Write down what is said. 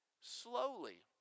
slowly